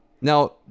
now